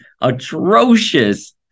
atrocious